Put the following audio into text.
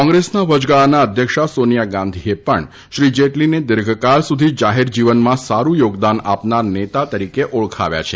કોંગ્રેસના વયગાળાના અધ્યક્ષા સોનિયા ગાંધીએ પણ શ્રી જેટલીને દીર્ઘકાળ સુધી જાહેર જીવનમાં સારૂં યોગદાન આપનાર નેતા તરીકે ઓળખાવ્યા છે